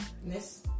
Miss